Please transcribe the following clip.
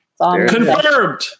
Confirmed